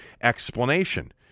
explanation